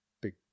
big